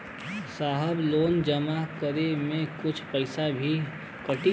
साहब लोन जमा करें में कुछ पैसा भी कटी?